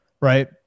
right